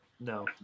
No